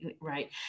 right